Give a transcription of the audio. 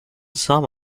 some